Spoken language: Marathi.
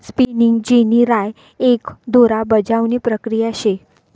स्पिनिगं जेनी राय एक दोरा बजावणी प्रक्रिया शे